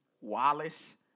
Wallace